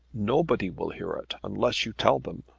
nobody will hear it unless you tell them.